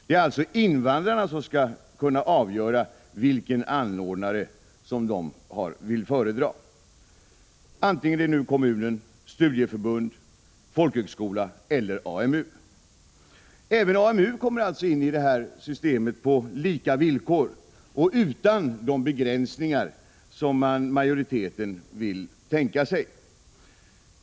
Det är således invandrarna som skall kunna ange vilken anordnare de föredrar, vare sig det är kommun, studieförbund, folkhögskola eller AMU. Även AMU kommer alltså in i detta system på lika villkor och utan de begränsningar som majoriteten föreslår.